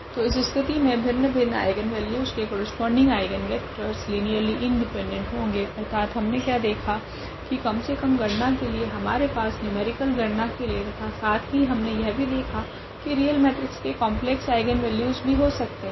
तो इस स्थिति मे भिन्न भिन्न आइगनवेल्यूस के करस्पोंडिंग आइगनवेक्टरस लीनियरली इंडिपेंडेंट होगे अर्थात हमने क्या देखा की कम से कम गणना के लिए हमारे पास न्यूमेरिकल गणना के लिए तथा साथ ही हमने यह भी देखा की रियल मेट्रिक्स के कॉम्प्लेक्स आइगनवेल्यूस भी हो सकते है